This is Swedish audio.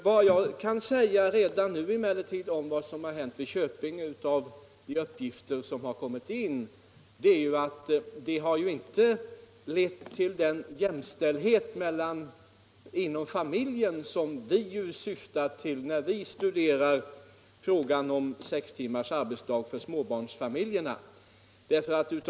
Vad jag emellertid kan säga redan nu med ledning av de uppgifter som kommit in om vad som hänt i Köping är att möjligheten till deltidsarbete inte har lett till den jämställdhet inom familjen som vi ju syftar till med frågan om sex timmars arbetsdag för småbarnsföräldrar.